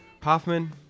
Hoffman